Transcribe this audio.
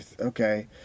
okay